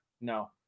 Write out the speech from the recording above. no